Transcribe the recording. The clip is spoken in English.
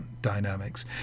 dynamics